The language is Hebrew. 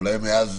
אולי מאז